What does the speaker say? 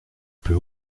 peut